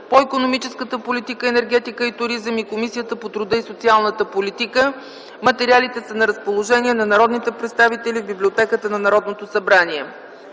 по икономическата политика, енергетика и туризъм и на Комисията по труда и социалната политика. Материалите са на разположение на народните представители в Библиотеката на Народното събрание.